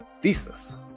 thesis